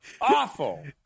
Awful